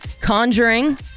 Conjuring